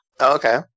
Okay